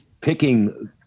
picking